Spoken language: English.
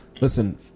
listen